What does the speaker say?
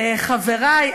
חברי,